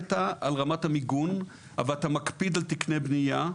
שהחלטת על רמת המיגון ואתה מקפיד על תקני בנייה,